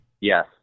Yes